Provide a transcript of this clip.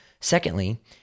secondly